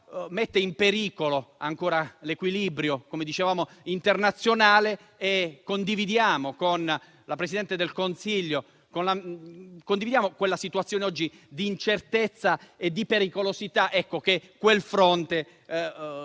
mette in pericolo ancora l'equilibrio internazionale e condividiamo con il Presidente del Consiglio quella situazione di incertezza e di pericolosità che quel fronte